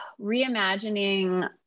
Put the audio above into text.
reimagining